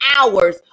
hours